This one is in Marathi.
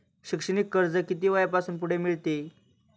शैक्षणिक कर्ज किती वयापासून पुढे मिळते?